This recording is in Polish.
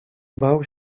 bał